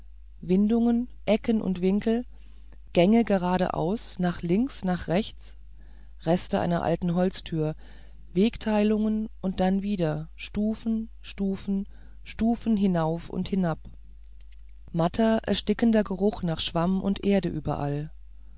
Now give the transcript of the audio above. windungen ecken und winkel gänge geradeaus nach links und nach rechts reste einer alten holztüre wegteilungen und dann wieder stufen stufen stufen hinauf und hinab matter erstickender geruch nach schwamm und erde überall